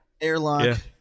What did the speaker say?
Airlock